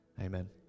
Amen